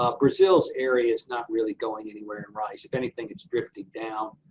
ah brazil's area is not really going anywhere in rice. if anything, it's drifted down.